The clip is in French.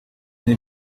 n’ai